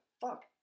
fuck